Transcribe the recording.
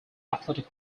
athletic